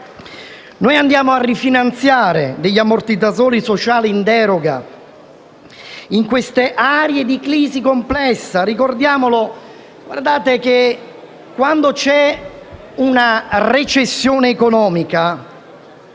Noi andiamo a rifinanziare ammortizzatori sociali in deroga in queste aree di crisi complessa. Ricordiamolo: quando c'è una recessione economica,